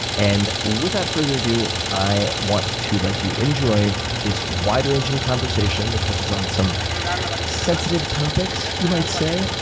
and without further ado, i want to let you enjoy this wide-ranging conversation that touches on some sensitive topics, you might say,